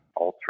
Ultra